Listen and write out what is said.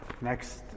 next